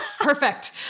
Perfect